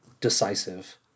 decisive